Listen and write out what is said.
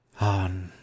On